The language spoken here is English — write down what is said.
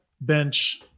bench